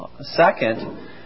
second